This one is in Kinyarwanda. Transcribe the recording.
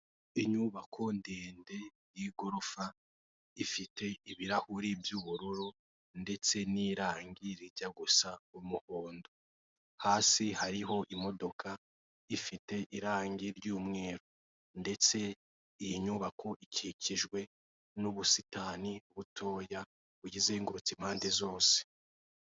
Inyubako ndende y'igorofa, ifite ibirahuri by'ubururu, ndetse n'irangi rijya gusa umuhondo, hasi hariho imodoka ifite irangi ry'umweru, ndetse iyi nyubako ikikijwe n'ubusitani butoya, buyizengurutse impande zose.